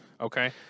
Okay